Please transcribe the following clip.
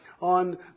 on